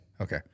okay